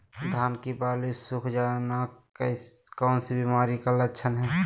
धान की बाली सुख जाना कौन सी बीमारी का लक्षण है?